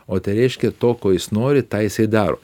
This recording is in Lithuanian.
o tai reiškia to ko jis nori tą jisai daro